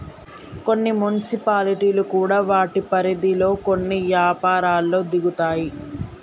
కొన్ని మున్సిపాలిటీలు కూడా వాటి పరిధిలో కొన్ని యపారాల్లో దిగుతాయి